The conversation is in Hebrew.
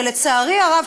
שלצערי הרב,